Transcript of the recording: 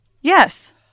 Yes